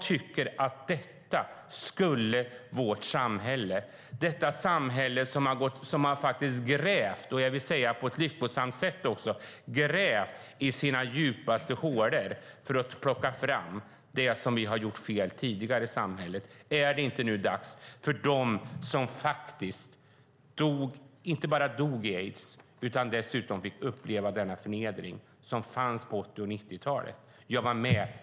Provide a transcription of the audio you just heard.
Vårt samhälle har på ett lyckosamt sätt grävt i sina djupaste hålor för att plocka fram det som samhället tidigare har gjort fel. Är det inte nu dags för dem som inte bara dog i aids utan dessutom fick uppleva denna förnedring som fanns på 80 och 90-talen? Jag var med.